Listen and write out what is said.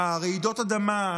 רעידות האדמה,